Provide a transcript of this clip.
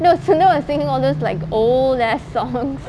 no sundar was singing all these like old ass songs